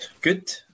Good